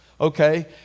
okay